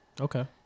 okay